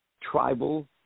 tribal